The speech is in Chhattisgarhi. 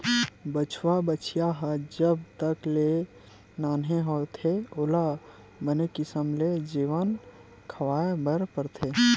बछवा, बछिया ह जब तक ले नान्हे होथे ओला बने किसम के जेवन खवाए बर परथे